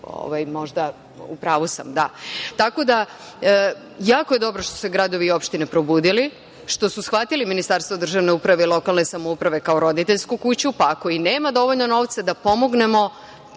u pravu sam da. Tako da, jako je dobro što su se gradovi i opštine probudili, što su shvatili Ministarstvo državne uprave i lokalne samouprave kao roditeljsku kuću, pa ako i nema dovoljno novca da pomognemo